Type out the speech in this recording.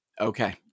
okay